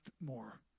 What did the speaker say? more